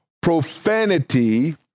profanity